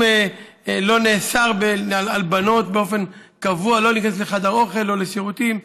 לא נאסר על בנות באופן קבוע להיכנס לחדר אוכל או לשירותים.